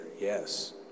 yes